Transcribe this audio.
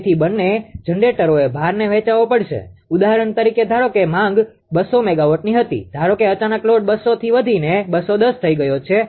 તેથી બંને જનરેટરોએ ભારને વહેંચવો પડશે ઉદાહરણ તરીકે ધારો કે માંગ 200 મેગાવોટની હતી ધારો કે અચાનક લોડ 200 થી વધીને 210 થઈ ગયો છે